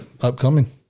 upcoming